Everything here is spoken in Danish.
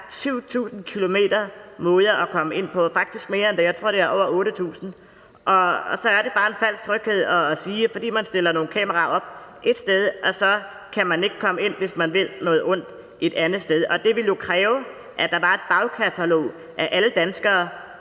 7.000 km med måder at komme ind på, faktisk mere end det, jeg tror, det er over 8.000 km. Og så er det bare en falsk tryghed at sige, at fordi man stiller nogle kameraer op et sted, så kan man ikke komme ind et andet sted, hvis man vil noget ondt. Og det vil jo kræve, at der var et bagkatalog af alle danskeres